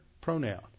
pronoun